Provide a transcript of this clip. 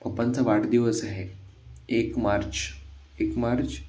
पपांचा वाढदिवस आहे एक मार्च एक मार्च एक